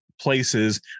places